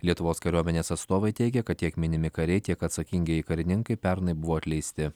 lietuvos kariuomenės atstovai teigia kad tiek minimi kariai tiek atsakingieji karininkai pernai buvo atleisti